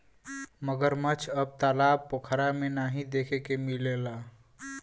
मगरमच्छ अब तालाब पोखरा में नाहीं देखे के मिलला